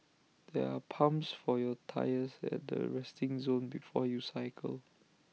there are pumps for your tyres at the resting zone before you cycle